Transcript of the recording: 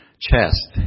chest